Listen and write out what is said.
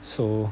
so